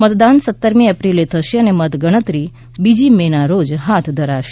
મતદાન સત્તરમી એપ્રિલે થશે અને મતગણતરી બીજી મેના રોજ હાથ ધરાશે